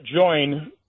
join